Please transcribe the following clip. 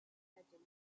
metal